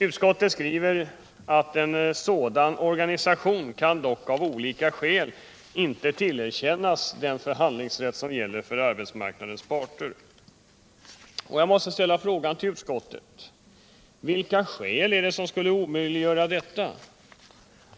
Utskottet skriver: ”Sådan organisation kan dock av olika skäl inte tillerkännas den förhandlingsrätt som gäller för arbetsmärknadens parter.” Jag måste ställa frågan till utskottet vilka skäl som skulle omöjliggöra detta.